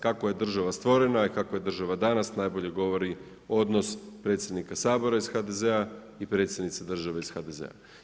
Kakva je država stvorena, i kakva je država danas najbolje govori odnos predsjednika Sabora iz HDZ-a i predsjednice države iz HDZ-a.